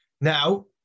Now